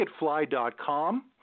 Ticketfly.com